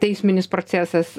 teisminis procesas